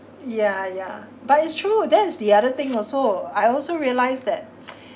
yeah yeah but it's true that's the other thing also I also realised that